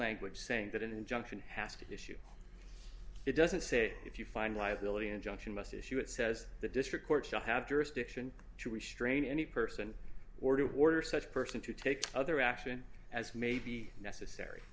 language saying that an injunction has to issue it doesn't say if you find liability injunction must issue it says the district court shall have jurisdiction to restrain any person or to order such person to take other action as may be necessary